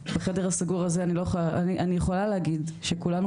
בחדר הסגור הזה אני יכולה להגיד שכולנו